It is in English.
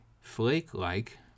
flake-like